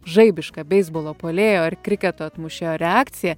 žaibišką beisbolo puolėjo ar kriketo atmušėjo reakcija